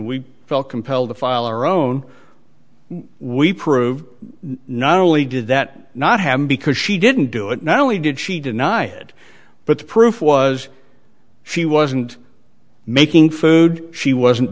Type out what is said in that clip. we felt compelled to file our own we prove not only did that not happen because she didn't do it not only did she deny it but the proof was she wasn't making food she wasn't